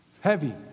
heavy